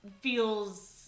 feels